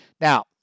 now